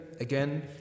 again